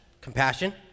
Compassion